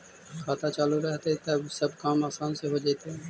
खाता चालु रहतैय तब सब काम आसान से हो जैतैय?